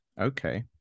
Okay